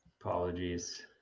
Apologies